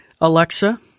Alexa